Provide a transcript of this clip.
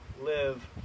live